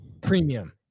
premium